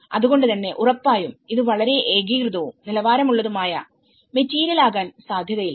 അത്കൊണ്ട്തന്നെ ഉറപ്പായും ഇത് വളരെ ഏകീകൃതവും നിലവാരമുള്ളതുമായ മെറ്റീരിയലാകാൻസാധ്യത ഇല്ല